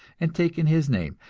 and taken his name,